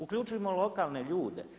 Uključimo lokalne ljude.